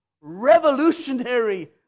revolutionary